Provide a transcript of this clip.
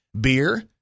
Beer